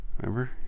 Remember